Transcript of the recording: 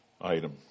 item